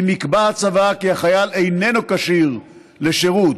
אם יקבע הצבא כי החייל איננו כשיר לשירות,